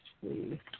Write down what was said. please